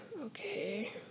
okay